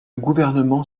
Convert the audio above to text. gouvernement